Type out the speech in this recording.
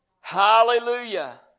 Hallelujah